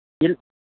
இல்